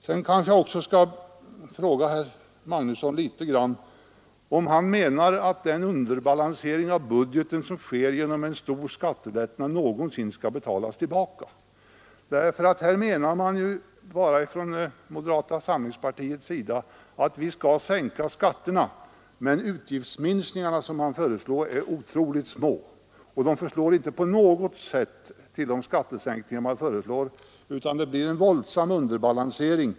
Jag skulle vilja fråga herr Magnusson om han menar att den underbalansering av budgeten som sker genom en stor skattelättnad någonsin skall betalas tillbaka. Moderata samlingspartiet anser att vi skall sänka skatterna, men de utgiftsminskningar man föreslår är otroligt små. De räcker inte på något sätt att täcka de skattesänkningar man föreslår utan det blir en våldsam underbalansering.